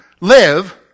live